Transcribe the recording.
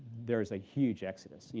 there is a huge exodus. yeah